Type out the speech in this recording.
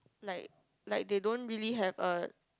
like like they don't really have a